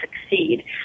succeed